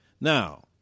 Now